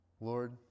Lord